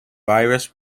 virus